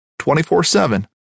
24/7